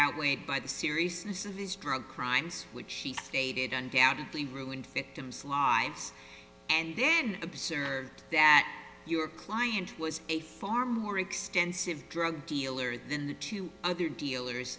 outweighed by the seriousness of these drug crimes which she stated undoubtedly ruined fifty times lives and then observed that your client was a far more extensive drug dealer than the two other dealers